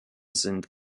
sind